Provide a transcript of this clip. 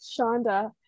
Shonda